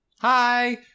Hi